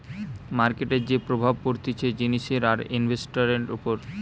মার্কেটের যে প্রভাব পড়তিছে জিনিসের আর ইনভেস্টান্টের উপর